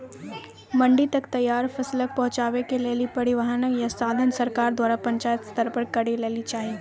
मंडी तक तैयार फसलक पहुँचावे के लेल परिवहनक या साधन सरकार द्वारा पंचायत स्तर पर करै लेली चाही?